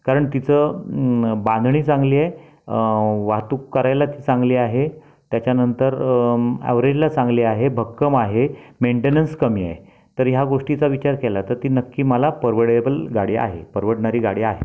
कारण तिचं बांधणी चांगली आहे वाहतूक करायला ती चांगली आहे त्याच्यानंतर ऍव्हरेजला चांगली आहे भक्कम आहे मेन्टेनन्स कमी आहे तर ह्या गोष्टीचा विचार केला तर ती नक्की मला परवडेबल गाडी आहे परवडणारी गाडी आहे